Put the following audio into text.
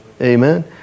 Amen